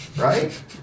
right